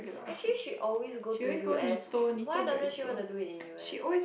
actually she always go to u_s why doesn't she wanna do it in u_s